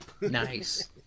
Nice